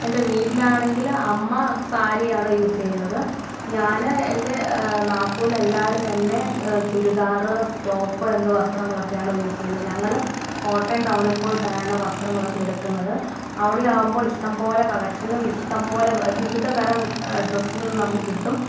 എൻ്റെ വീട്ടിലാണെങ്കില് അമ്മ സാരിയാണ് യൂസെയ്യുന്നത് ഞാന് എൻ്റെ നാത്തൂൻ എല്ലാവരും തന്നെ ച് ചുരിദാറ് സ് ടോപ്പ് എന്ന് വസ്ത്രങ്ങളൊക്കെയാണ് യൂസെയ്യുന്നെ ഞങ്ങള് കോട്ടയം ടൗണിൽ പോയിട്ടാണ് വസ്ത്രങ്ങളൊക്കെ എടുക്കുന്നത് അവിടെയാകുമ്പോൾ ഇഷ്ടംപോലെ കളക്ഷനും ഇഷ്ടം പോലെ വിവിധതരം ഡ്രസ്സുകൾ നമുക്ക് കിട്ടും